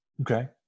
Okay